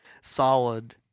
solid